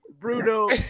Bruno